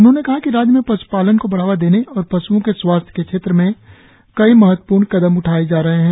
उन्होंने कहा कि राज्य में पश्पालन को बढ़ावा देने और पश्ओ के स्वास्थ्य के क्षेत्र में कई महत्वपूर्ण कदम उठाएं जा रहै है